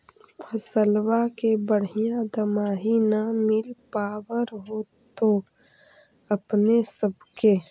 फसलबा के बढ़िया दमाहि न मिल पाबर होतो अपने सब के?